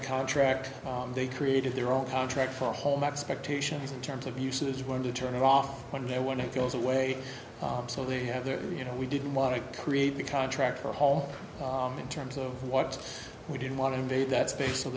a contract they created their own contract for our home expectations in terms of uses when to turn it off when they're when it goes away so they have their you know we didn't want to create the contract for home in terms of what we didn't want to invade that space so